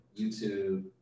YouTube